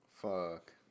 fuck